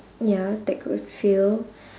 ya that could fill